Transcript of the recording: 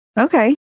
Okay